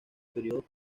período